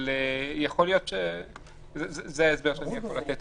זה ההסבר שאני יכול לתת.